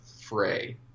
fray